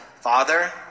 Father